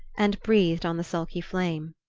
and breathed on the sulky flame.